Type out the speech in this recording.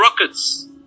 rockets